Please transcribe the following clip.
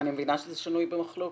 אני מבינה שזה שנוי במחלוקת.